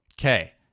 Okay